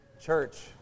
church